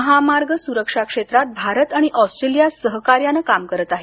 महामार्ग सुरक्षा क्षेत्रात भारत आणि ऑस्ट्रेलिया सहकार्यानं काम करत आहेत